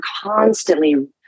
constantly